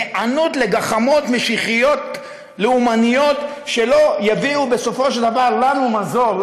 היענות לגחמות משיחיות לאומניות שבסופו של דבר לא יביאו לנו מזור,